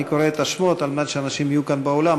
אני קורא את השמות על מנת שאנשים יהיו כאן באולם,